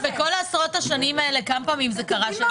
תנשמי.